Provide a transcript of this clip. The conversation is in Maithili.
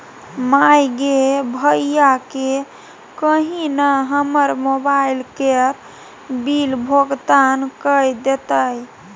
माय गे भैयाकेँ कही न हमर मोबाइल केर बिल भोगतान कए देतै